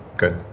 good